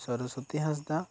Saraswati Hansda